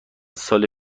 سال